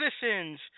citizens